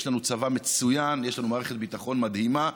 יש לנו צבא מצוין ויש לנו מערכת ביטחון מדהימה.